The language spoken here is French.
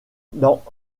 dans